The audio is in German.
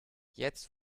jetzt